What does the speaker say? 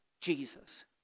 Jesus